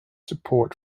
support